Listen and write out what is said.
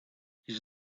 his